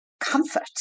comfort